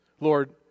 Lord